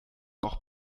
auch